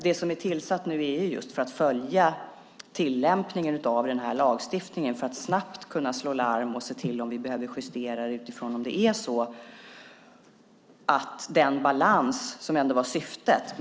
Det som är tillsatt nu är för att följa tillämpningen av den här lagstiftningen för att man snabbt ska kunna slå larm och se om vi behöver justera det utifrån den balans som ändå var syftet.